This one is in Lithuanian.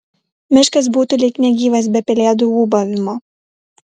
miškas būtų lyg negyvas be pelėdų ūbavimo